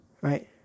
Right